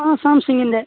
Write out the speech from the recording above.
ആ സാംസങ്ങിൻ്റെ